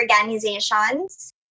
organizations